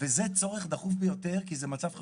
וזה צורך דחוף ביותר כי זה מצב חירום,